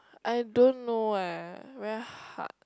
I don't know eh very hard